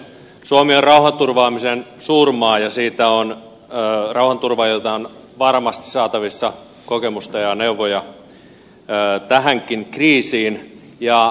suomi on rauhanturvaamisen suurmaa ja rauhanturvaajilta on varmasti saatavissa kokemusta ja neuvoja tähänkin kriisiin